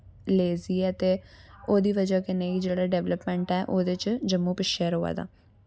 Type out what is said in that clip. lazy ऐ ते ओह्दी वजह कन्नै ही जेह्ड़ा डेवलपमैंट ऐ ओह्दे च जम्मू पिच्छैं रोआ दा